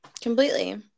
completely